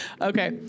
Okay